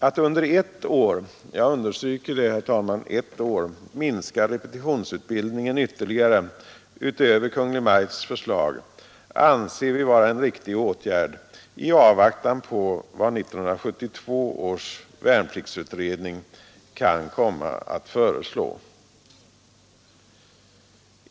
Att under ett år — jag understryker det, herr talman, — minska repetitionsutbildningen ytterligare utöver Kungl. Maj:ts förslag anser vi vara en riktig åtgärd i avvaktan på vad 1972 års värnpliktsutredning kan komma att föreslå.